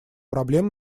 проблем